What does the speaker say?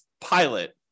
pilot